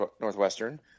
Northwestern